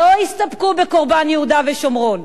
לא יסתפקו בקורבן יהודה ושומרון.